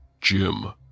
Jim